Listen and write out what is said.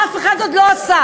אף אחד עוד לא עשה.